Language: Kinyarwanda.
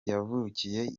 yavukiye